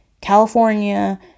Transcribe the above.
California